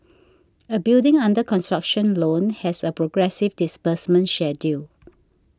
a building under construction loan has a progressive disbursement schedule